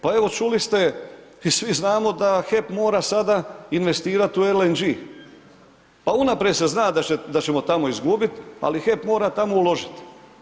Pa evo čuli ste i svi znamo da HEP mora sada investirat u LNG, pa unaprijed se zna da ćemo tamo izgubit ali HEP mora tamo uložit.